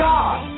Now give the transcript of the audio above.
God